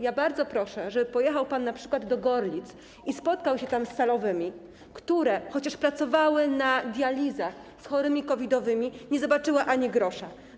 Ja bardzo proszę, żeby pojechał pan np. do Gorlic i spotkał się tam z salowymi, które chociaż pracowały na dializach z chorymi COVID-owymi, nie zobaczyły ani grosza.